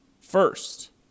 First